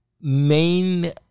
main